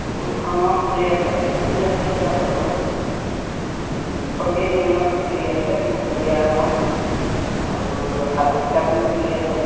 বহুত ধৰণৰ ফুলেই আছে ফুলি আছে এতিয়া বৰ্তমান ফৰগেট মি নট ফুলি আছে গুলপীয়া ৰঙৰ আৰু হালধীয়াতো ফুলি আছে